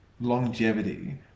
longevity